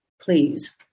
please